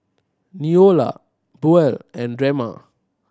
Neola Buel and Drema